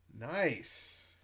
Nice